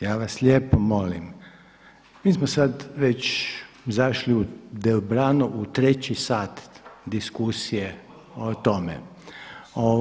Ja vas lijepo molim, mi smo sad već zašli dobrano u treći sat diskusije o tome.